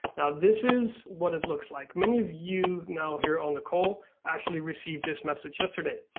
now this is what it looks like. many of you now here on the call actually received this message yesterday.